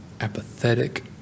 apathetic